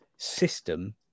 system